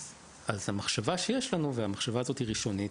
אז המחשבה שיש לנו והמחשבה הזאת היא ראשונית,